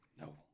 No